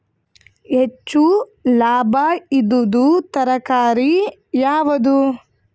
ಹೆಚ್ಚು ಲಾಭಾಯಿದುದು ತರಕಾರಿ ಯಾವಾದು?